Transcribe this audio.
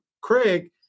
Craig